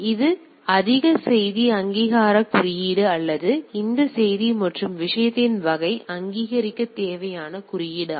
எனவே இது அதிக செய்தி அங்கீகார குறியீடு அல்லது இந்த செய்தி மற்றும் விஷயத்தின் வகையை அங்கீகரிக்க தேவையான குறியீடு